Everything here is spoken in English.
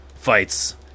fights